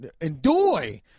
enjoy